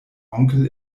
onkel